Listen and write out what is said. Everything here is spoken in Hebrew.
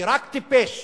כי רק טיפש